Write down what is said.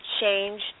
change